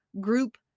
group